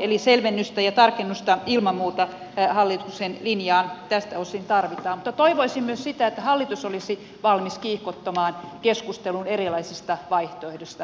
eli selvennystä ja tarkennusta ilman muuta hallituksen linjaan tältä osin tarvitaan mutta toivoisin myös sitä että hallitus olisi valmis kiihkottomaan keskusteluun erilaisista vaihtoehdoista